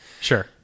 sure